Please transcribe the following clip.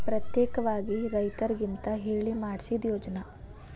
ಪ್ರತ್ಯೇಕವಾಗಿ ರೈತರಿಗಂತ ಹೇಳಿ ಮಾಡ್ಸಿದ ಯೋಜ್ನಾ